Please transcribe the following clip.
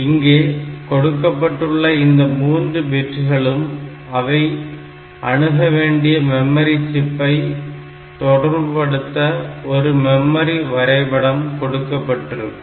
இங்கே கொடுக்கப்பட்டுள்ள இந்த மூன்று பிட்களும் அவை அணுகவேண்டிய மெமரி சிப்பை தொடர்புபடுத்த ஒரு மெமரி வரை படம் கொடுக்கப்பட்டிருக்கும்